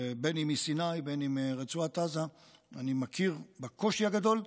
אם מסיני ואם מרצועת עזה, אני מכיר בקושי הגדול,